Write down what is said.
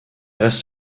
reste